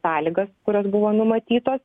sąlygas kurios buvo numatytos